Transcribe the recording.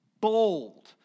bold